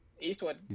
Eastwood